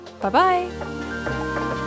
Bye-bye